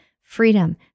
freedom